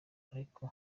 ariko